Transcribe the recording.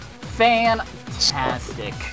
Fantastic